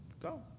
Go